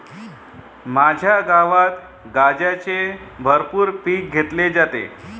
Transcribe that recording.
माझ्या गावात गांजाचे भरपूर पीक घेतले जाते